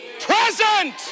present